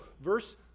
verse